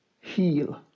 heal